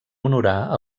honorar